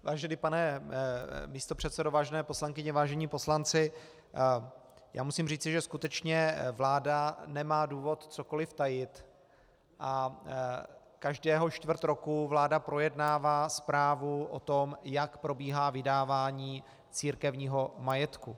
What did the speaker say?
Vážený pane místopředsedo, vážené poslankyně, vážení poslanci, já musím říci, že skutečně vláda nemá důvod cokoli tajit a každého čtvrt roku vláda projednává zprávu o tom, jak probíhá vydávání církevního majetku.